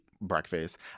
breakfast